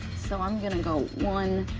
so i'm gonna go one,